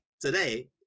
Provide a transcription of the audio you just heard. Today